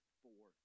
four